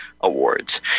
Awards